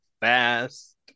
fast